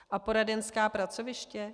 A poradenská pracoviště?